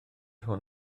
hwn